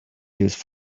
used